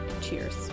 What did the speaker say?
cheers